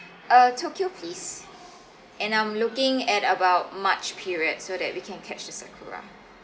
uh tokyo please and I'm looking at about march period so that we can catch the sakura